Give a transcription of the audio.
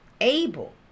Abel